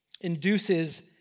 induces